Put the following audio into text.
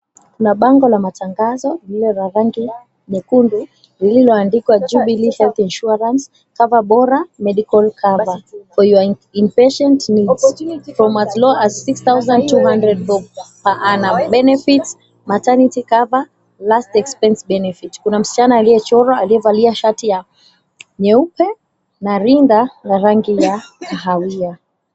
Kuna bango la matangazo lililo la rangi nyekundu lililoandikwa, 'Jubilee self insurance cover bora medical cover for your inpatient needs from as low as 6200 bob per annum. Benefits: maternity cover last expense benefits'. Kuna msichana aliyechorwa aliyevalia shati ya nyeupe na rinda la rangi ya kahawia.